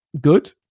Good